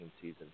season